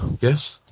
yes